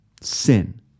Sin